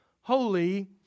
holy